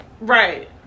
right